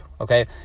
Okay